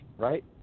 Right